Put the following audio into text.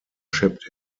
shipped